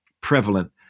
prevalent